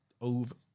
over